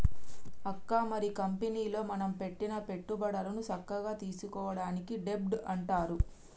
అక్క మరి కంపెనీలో మనం పెట్టిన పెట్టుబడులను సక్కగా తీసుకోవడాన్ని డెబ్ట్ అంటారు